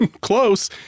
Close